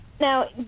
Now